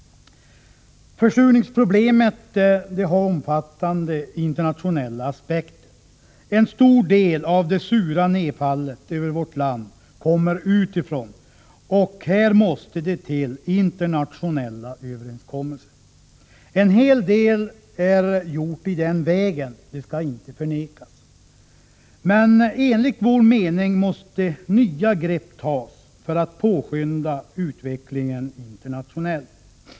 Försurningsproblemet har omfattande internationella aspekter. En stor del av det sura nedfallet över vårt land kommer utifrån, och här måste det till internationella överenskommelser. En hel del är gjort i den vägen, det skall inte förnekas, men enligt vår mening måste nya grepp tas för att påskynda utvecklingen internationellt.